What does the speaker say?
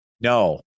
No